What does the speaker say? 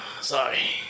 sorry